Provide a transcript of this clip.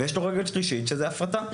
ויש לו רגל שלישית שזה הפרטה.